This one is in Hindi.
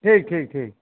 ठीक ठीक ठीक